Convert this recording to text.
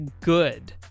good